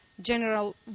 general